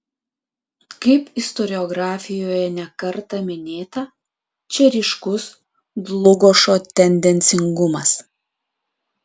kaip istoriografijoje ne kartą minėta čia ryškus dlugošo tendencingumas